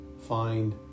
find